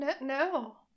no